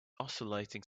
oscillating